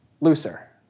looser